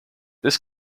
this